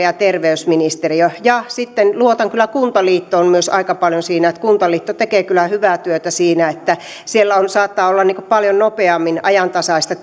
ja terveysministeriö ja luotan kyllä myös kuntaliittoon aika paljon siinä kuntaliitto tekee kyllä hyvää työtä siinä siellä saattaa olla paljon nopeammin ajantasaista